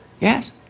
Yes